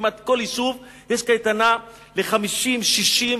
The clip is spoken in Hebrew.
כמעט בכל יישוב יש קייטנה ל-50 60,